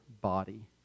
body